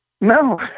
No